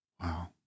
Wow